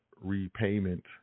repayment